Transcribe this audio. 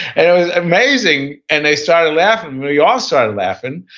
and it was amazing, and they started laughing. we all started laughing.